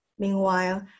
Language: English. Meanwhile